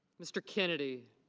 mr. kennedy.